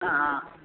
हॅं